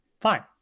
fine